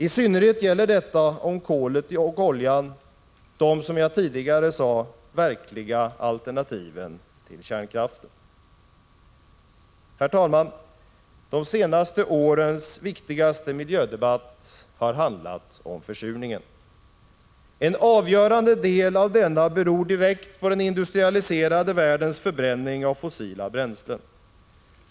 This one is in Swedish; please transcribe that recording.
I synnerhet gäller detta om kolet och oljan, de verkliga alternativen till kärnkraften, som jag tidigare sade. Herr talman! De senaste årens viktigaste miljödebatt har handlat om försurningen. En avgörande del av denna beror direkt på den industrialiserade världens förbränning av fossila bränslen.